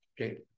Okay